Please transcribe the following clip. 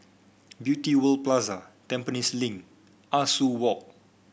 Beauty World Plaza Tampines Link Ah Soo Walk